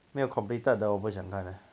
没有 completed 的我不想看的